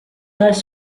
has